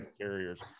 carriers